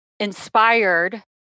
inspired